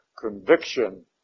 conviction